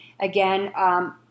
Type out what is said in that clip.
again